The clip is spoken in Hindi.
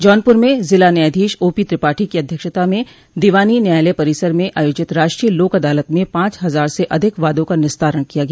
जौनप्र में जिला न्यायाधीश ओपी त्रिपाठी की अध्यक्षता में दीवानी न्यायालय परिसर में आयोजित राष्ट्रीय लोक अदालत में पांच हजार से अधिक वादों का निस्तारण किया गया